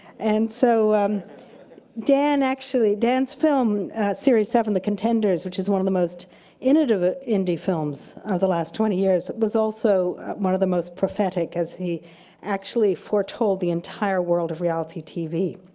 and so dan actually, dan's film series seven the contenders, which is one of the most innovative indie films of the last twenty years was also one of the most prophetic as he actually foretold the entire world of reality tv.